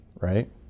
right